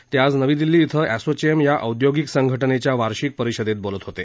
ते आज नवी दिल्ली इथं असोचेम या औद्योगिक संघटनेच्या वार्षिक परिषदेत बोलत होते